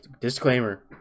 disclaimer